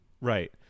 Right